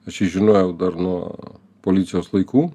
aš jį žinojau dar nuo policijos laikų